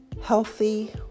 healthy